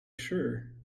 sure